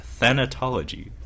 thanatology